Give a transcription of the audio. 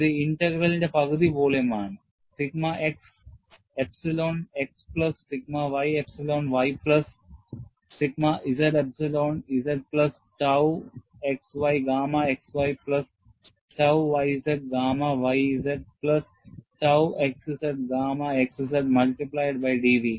ഇത് ഇന്റഗ്രൽ ഇന്റെ പകുതി വോളിയം ആണ് sigma x epsilon xplus sigma y epsilon y plus sigma z epsilon z plus tau xy gamma xy plus tau yz gamma yz plus tau xz gamma xz multiplied by dV